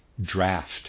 draft